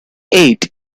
eight